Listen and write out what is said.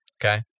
Okay